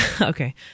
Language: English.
Okay